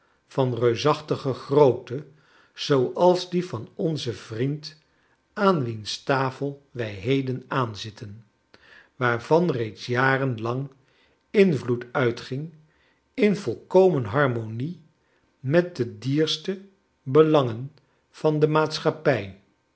van reusachtige grootte zooals die van onzen vriend aan wiens tafel wij heden aanzitten waarvan reeds jaren lang invloed uitging in volkomen harmonie met de dierste belangen van de maatschapprj